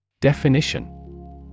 Definition